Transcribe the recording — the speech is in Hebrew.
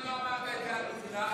למה לא אמרת את זה על "מוגלה"?